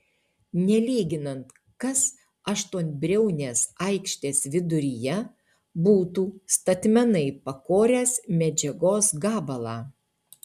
nelyginant kas aštuonbriaunės aikštės viduryje būtų statmenai pakoręs medžiagos gabalą